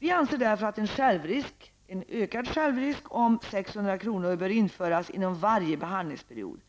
Vi anser därför att en ökad självrisk på 600 kr. bör införas inom varje behandlingsperiod.